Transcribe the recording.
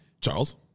Charles